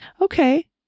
Okay